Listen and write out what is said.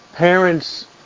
Parents